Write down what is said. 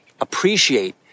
appreciate